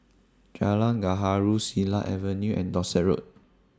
Jalan Gaharu Silat Avenue and Dorset Road